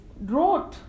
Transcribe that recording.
wrote